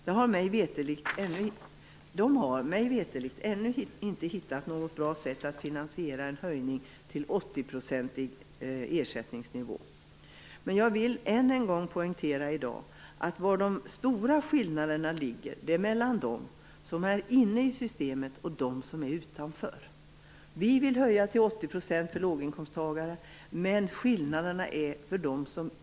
Den har mig veterligt ännu inte hittat något bra sätt att finansiera en höjning av nivån till 80 %. Jag vill än en gång poängtera att de stora skillnaderna finns mellan dem som är inne i systemet och dem som är utanför. Vi vill höja nivån till 80 % för låginkomsttagare.